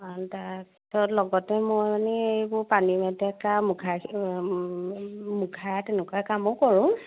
অ তাৰ লগতে মই মানে এইবোৰ পানী মেটেকা মুখা মুখা তেনেকুৱা কামো কৰোঁ